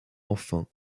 enfin